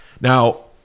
Now